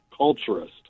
culturist